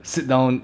sit down